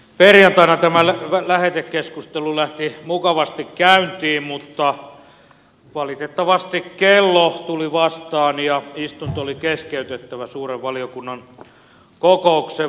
perjantaina tämä lähetekeskustelu lähti mukavasti käyntiin mutta valitettavasti kello tuli vastaan ja istunto oli keskeytettävä suuren valiokunnan kokouksen vuoksi